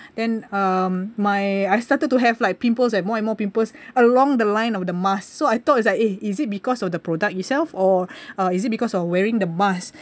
then um my I started to have like pimples eh more and more pimples along the line of the mask so I thought is like eh is it because of the product itself or uh is it because of wearing the mask